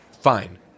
Fine